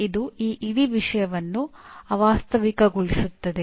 ಇದು ಈ ಇಡೀ ವಿಷಯವನ್ನು ಅವಾಸ್ತವಿಕಗೊಳಿಸುತ್ತದೆ